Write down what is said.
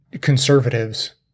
conservatives